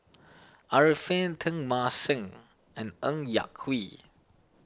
Arifin Teng Mah Seng and Ng Yak Whee